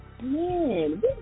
man